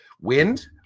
Wind